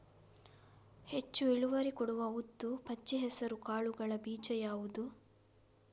ಹೆಚ್ಚು ಇಳುವರಿ ಕೊಡುವ ಉದ್ದು, ಪಚ್ಚೆ ಹೆಸರು ಕಾಳುಗಳ ಬೀಜ ಯಾವುದು?